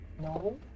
No